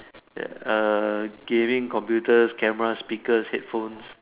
err gaming computers camera speakers headphones